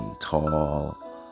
tall